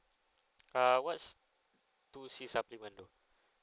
err what's two C supplement though